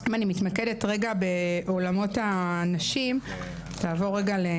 אם אני מתמקדת רגע בעולמות הנשים- שנה